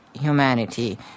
humanity